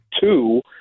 two